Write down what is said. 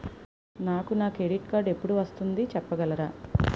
నాకు నా credit card ఎపుడు వస్తుంది చెప్పగలరా?